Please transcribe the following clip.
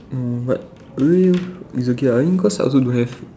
oh but really it's okay lah I think cause I also don't have